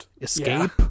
Escape